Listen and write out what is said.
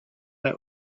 that